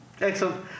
Excellent